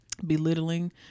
belittling